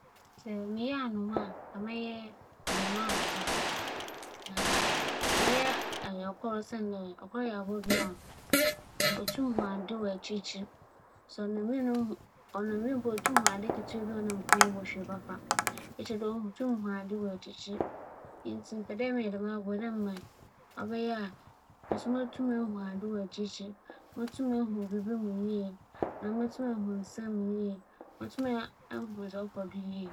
Nkyɛ mereyɛ anoma da kor a, ͻkͻr na mebɛpɛ dɛ mebɛyɛ siantsir nye dɛ, ͻkͻr yɛ abowa bi a no ho yɛ hu na ͻyɛ dam ara yie. Onngyaa ne mba koraa. Mbrɛ osi kora ne mba do no mpo ͻyɛ nwanwan. Na mbrɛ osi hu adze wͻ ekyir nna no ho hu ntsi mbowa pii suro no. Otum kͻ nsu mu, ͻba asaase do na oku no ho hwehwɛ edziban. Dɛm abowa yi yɛ dam na n'enyi yɛ dzen ntsi ͻkͻr na mebɛyɛ.